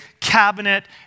cabinet